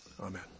Amen